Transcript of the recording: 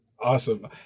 Awesome